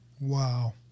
Wow